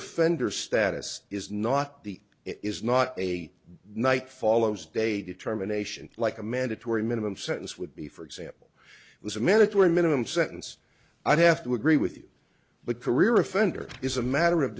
offender status is not the is not a night follows day determination like a mandatory minimum sentence would be for example was a minute were minimum sentence i have to agree with you but career offender is a matter of